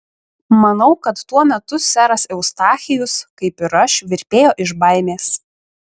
manau kad tuo metu seras eustachijus kaip ir aš virpėjo iš baimės